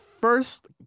first